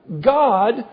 God